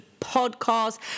podcast